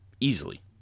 Easily